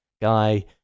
guy